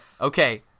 Okay